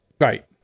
right